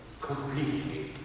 completely